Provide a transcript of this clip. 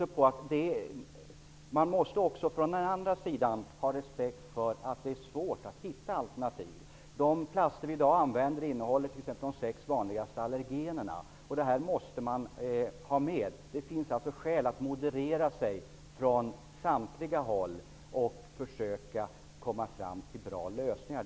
Man bör också ha respekt för att det är svårt att hitta alternativ. De plaster som i dag används innehåller exempelvis de sex vanligaste allergenerna. Det måste med i värderingen. Det finns alltså skäl att moderera sig från samtliga håll och att försöka komma fram till bra lösningar.